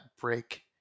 break